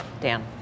Dan